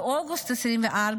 באוגוסט 2024,